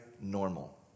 normal